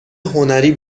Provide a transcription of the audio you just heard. هنری